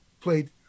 played